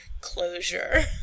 closure